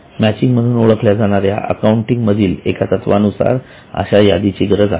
matching म्हणून ओळखल्या जाणाऱ्या अकाउंट मधील एका तत्वानुसार अशा यादीची गरज आहे